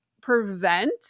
prevent